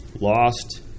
lost